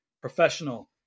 professional